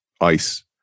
ice